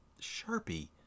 Sharpie